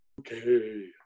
Okay